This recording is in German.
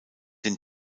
den